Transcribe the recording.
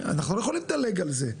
אנחנו לא יכולים לדלג על זה.